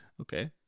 Okay